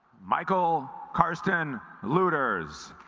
michael karsten looters